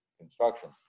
construction